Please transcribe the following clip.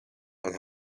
and